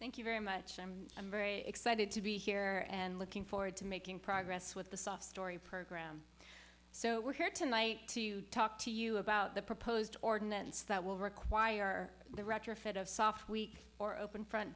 thank you very much i'm very excited to be here and looking forward to making progress with the soft story program so we're here tonight to talk to you about the proposed ordinance that will require the retrofit of soft weak or open front